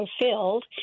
fulfilled